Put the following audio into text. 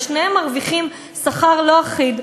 ושניהם מרוויחים שכר לא אחיד,